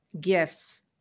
gifts